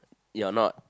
you are not